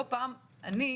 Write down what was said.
לא פעם אני,